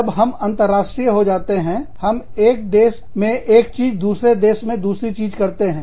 जब हम अंतरराष्ट्रीय जाते हैं हम एक देश में एक चीज दूसरे देश में दूसरी चीज करते हैं